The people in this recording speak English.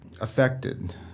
affected